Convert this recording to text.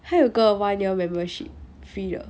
他有个 one year membership free 的